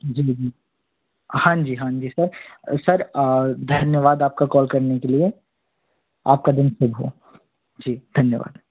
जी जी हाँ जी हाँ जी सर सर धन्यवाद आपका कॉल करने के लिए आपका दिन शुभ हो जी धन्यवाद